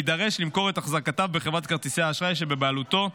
יידרש למכור את אחזקותיו בחברת כרטיסי האשראי שבבעלותו.